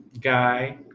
guy